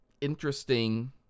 interesting